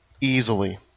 easily